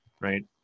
right